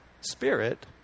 spirit